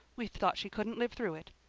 we thought she couldn't live through it.